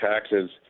taxes